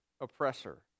oppressor